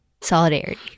Solidarity